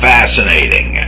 Fascinating